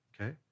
okay